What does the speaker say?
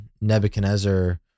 Nebuchadnezzar